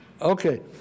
Okay